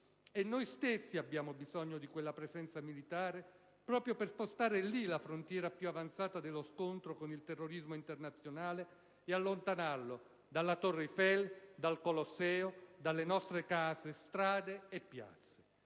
E noi stessi abbiamo bisogno di quella presenza militare proprio per spostare lì la frontiera più avanzata dello scontro con il terrorismo internazionale e allontanarlo dalla Torre Eiffel, dal Colosseo, dalle nostre case, strade e piazze.